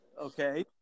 okay